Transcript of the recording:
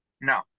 no